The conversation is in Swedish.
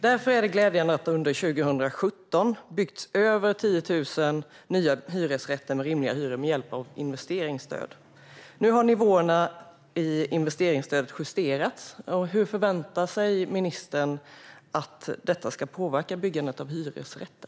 Därför är det glädjande att det under 2017 har byggts över 10 000 nya hyresrätter med rimliga hyror med hjälp av investeringsstöd. Nu har nivåerna i investeringsstödet justerats. Hur förväntar sig ministern att detta ska påverka byggandet av hyresrätter?